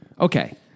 Okay